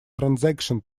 transaction